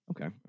okay